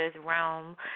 realm